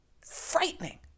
frightening